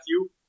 Matthew